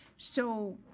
so,